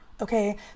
okay